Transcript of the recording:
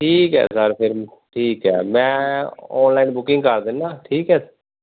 ਠੀਕ ਹੈ ਸਰ ਫਿਰ ਠੀਕ ਹੈ ਮੈਂ ਔਨਲਾਈਨ ਬੁਕਿੰਗ ਕਰ ਦਿੰਦਾ ਠੀਕ ਹੈ